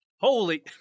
Holy